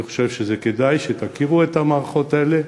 אני חושב שכדאי שתכירו את המערכות האלה,